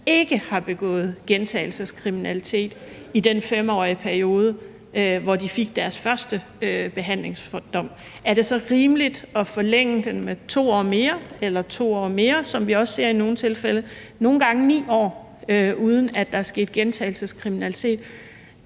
ikke har begået gentagelseskriminalitet i den 5-årige periode, hvor de fik deres første behandlingsdom. Er det så rimeligt at forlænge den med 2 år mere, eller med 2 år mere, som vi også ser i nogle tilfælde, og nogle gange 9 år, uden at der er sket gentagelseskriminalitet?